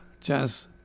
jazz